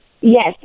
Yes